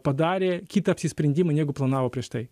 padarė kitą apsisprendimą negu planavo prieš tai